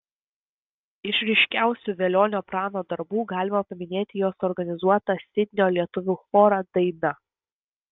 iš ryškiausių velionio prano darbų galima paminėti jo suorganizuotą sidnio lietuvių chorą daina